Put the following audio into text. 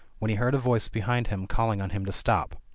when he heard a voice behind him calling on him to stop.